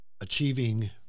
achieving